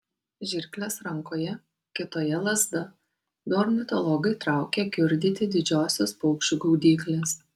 žirklės rankoje kitoje lazda du ornitologai traukia kiurdyti didžiosios paukščių gaudyklės